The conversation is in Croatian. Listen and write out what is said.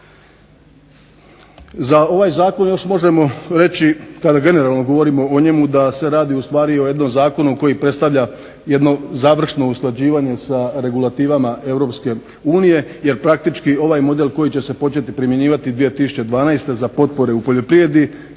Za ovaj zakon još možemo reći kada generalno govorimo o njemu da se radi u stvari o jednom zakonu koji predstavlja jedno završno usklađivanje sa regulativama Europske unije, jer praktički ovaj model koji će se početi primjenjivati 2012. za potpore u poljoprivredi